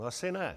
Asi ne!